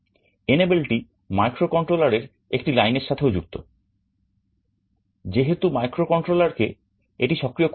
Enable টি মাইক্রোকন্ট্রোলারের একটি লাইনের সাথেও যুক্ত যেহেতু মাইক্রোকন্ট্রোলারকে এটি সক্রিয় করতেই হবে